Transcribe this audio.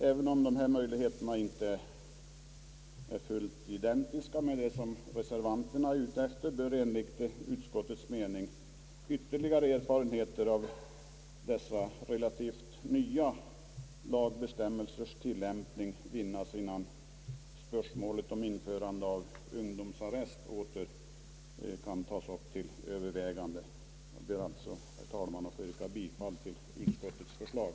även om de möjligheterna inte är fullt identiska med det som reservanterna är ute efter, bör enligt utskottets mening ytterligare erfarenheter av dessa relativt nya lagbestämmelsers tillämpning vinnas innan spörsmålet om införande av ungdomsarrest åter upptas till övervägande. Jag ber, herr talman, att få yrka bifall till utskottets förslag.